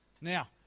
Now